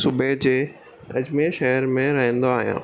सूबे जे अजमेर शहर में रहंदो आहियां